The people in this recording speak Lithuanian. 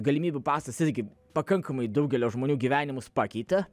galimybių pasas irgi pakankamai daugelio žmonių gyvenimus pakeitė